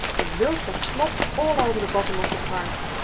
the milk was slopped all over the bottom of the cart!